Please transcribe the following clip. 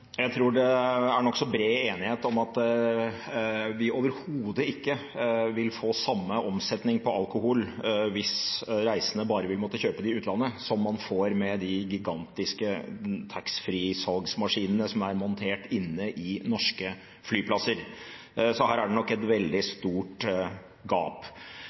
Jeg tror det er nokså bred enighet om at vi overhodet ikke vil få samme omsetning på alkohol hvis reisende vil måtte kjøpe det i utlandet, som man får med de gigantiske taxfreesalgsmaskinene som er montert inne i norske flyplasser. Så her er det nok et veldig stort gap.